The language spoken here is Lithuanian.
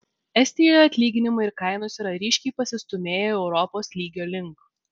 estijoje atlyginimai ir kainos yra ryškiai pasistūmėję europos lygio link